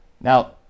Now